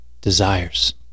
desires